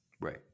right